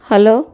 hello